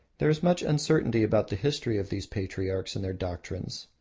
there is much uncertainty about the history of these patriarchs and their doctrines.